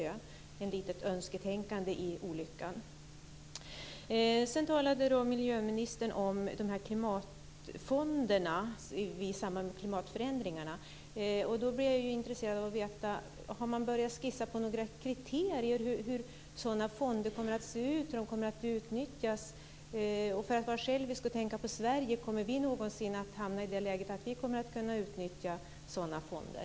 Det är ett litet önsketänkande i olyckan. Sedan talade miljöministern om de här klimatfonderna i samband med klimatförändringarna. Då blev jag intresserad av att få veta om man har börjat att skissa på några kriterier för hur sådana fonder ska se ut och hur de kommer att utnyttjas. Och för att vara självisk och tänka på Sverige undrar jag om vi någonsin kommer att kunna utnyttja sådana fonder.